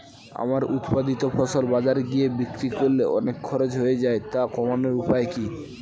আমার উৎপাদিত ফসল বাজারে গিয়ে বিক্রি করলে অনেক খরচ হয়ে যায় তা কমানোর উপায় কি?